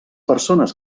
persones